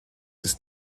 ist